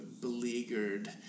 beleaguered